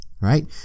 right